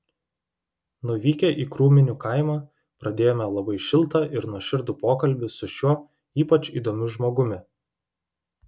nuvykę į krūminių kaimą pradėjome labai šiltą ir nuoširdų pokalbį su šiuo ypač įdomiu žmogumi